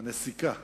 רק הנסיקה חסרה,